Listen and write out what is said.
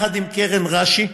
ביחד עם קרן רש"י.